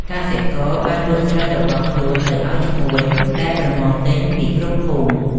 កសិករបានលក់ស្រូវរបស់ខ្លួនទៅឱ្យឈ្មួញ ដែលប្រមូលទិញពីគ្រប់ភូមិ។